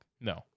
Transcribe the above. No